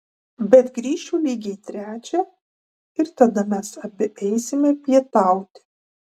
bet grįšiu lygiai trečią ir tada mes abi eisime pietauti